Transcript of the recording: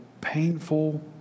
painful